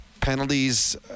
penalties